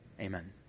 Amen